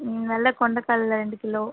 ம் வெள்ளை கொண்ட கடலை ரெண்டு கிலோ